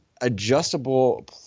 adjustable –